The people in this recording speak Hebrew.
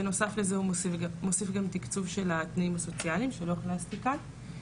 בנוסף לזה הוא מוסיף גם תקצוב של התנאים הסוציאליים שלא הכנסתי כאן.